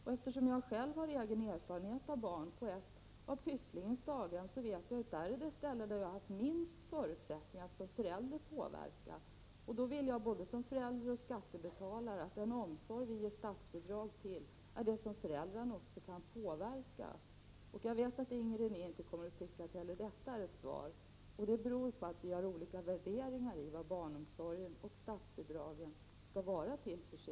Varför skall vi som politiker bestämma vilken form av barnomsorg som skall ges statsbidrag? Varför kan inte den barnomsorg som föräldrar och barn vill ha få statsbidrag?